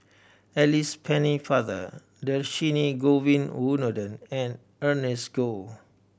Alice Pennefather Dhershini Govin Winodan and Ernest Goh